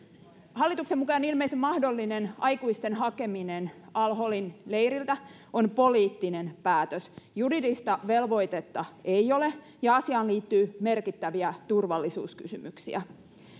hallituksen mukaan ilmeisen mahdollinen aikuisten hakeminen al holin leiriltä on poliittinen päätös juridista velvoitetta ei ole ja asiaan liittyy merkittäviä turvallisuuskysymyksiä